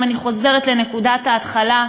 אם אני חוזרת לנקודת ההתחלה,